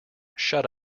shut